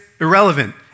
irrelevant